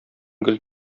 гел